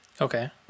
Okay